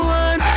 one